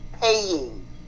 paying